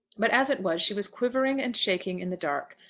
but as it was, she was quivering and shaking in the dark,